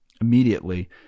immediately